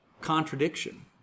contradiction